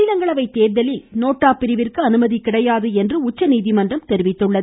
மாநிலங்களவை தேர்தலில் நோட்டா பிரிவிற்கு அனுமதி கிடையாது என்று உச்சநீதிமன்றம் தெரிவித்துள்ளது